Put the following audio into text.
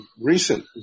recent